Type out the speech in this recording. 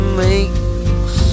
makes